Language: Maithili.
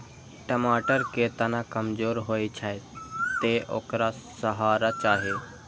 टमाटर के तना कमजोर होइ छै, तें ओकरा सहारा चाही